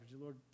Lord